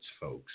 folks